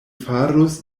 farus